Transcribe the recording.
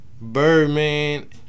Birdman